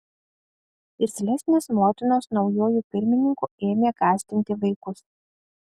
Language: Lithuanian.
irzlesnės motinos naujuoju pirmininku ėmė gąsdinti vaikus